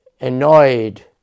annoyed